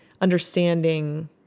understanding